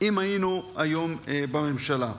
אם היינו היום בממשלה.